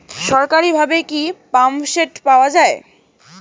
সরকারিভাবে কি পাম্পসেট পাওয়া যায়?